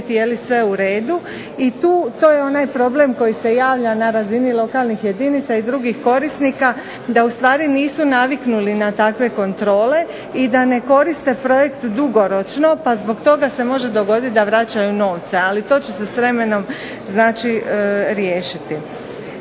to je onaj problem koji se javlja na razini lokalnih jedinica i drugih korisnika da ustvari nisu naviknuli na takve kontrole i da ne koriste projekt dugoročno pa zbog toga se može dogoditi da vraćaju novce. Ali, to će se s vremenom znači riješiti.